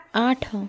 ଆଠ